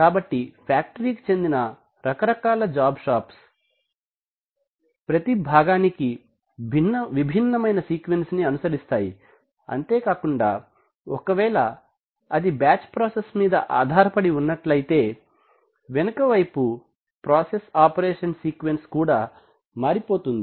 కాబట్టి ఫ్యాక్టరీ కి చెందిన రకాలు జాబ్ షాప్స్ ప్రతి భాగానికి విభిన్నమైన సీక్వెన్స్ ని అనుసరిస్తాయి మరియు అంతేకాకుండా అది ఒకవేళ బ్యాచ్ ప్రాసెస్ మీద ఆధారపడి ఉన్నట్లయితే వెనుక వైపు ప్రాసెస్ ఆపరేషన్ సీక్వెన్స్ మారిపోతుంది